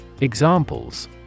Examples